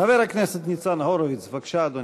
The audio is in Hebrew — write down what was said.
חבר הכנסת ניצן הורוביץ, בבקשה, אדוני.